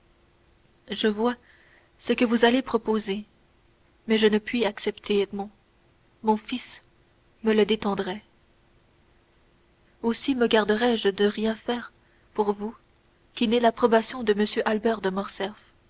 je vois ce que vous m'allez proposer mais je ne puis accepter edmond mon fils me le défendrait aussi me garderai je de rien faire pour vous qui n'ait l'approbation de m albert de